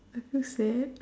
I feel sad